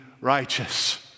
righteous